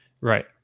Right